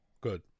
good